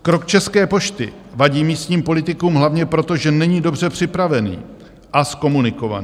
Krok České pošty vadí místním politikům hlavně proto, že není dobře připravený a zkomunikovaný.